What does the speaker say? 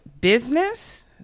business